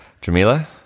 Jamila